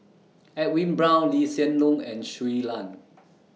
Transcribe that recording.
Edwin Brown Lee Hsien Loong and Shui Lan